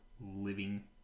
Living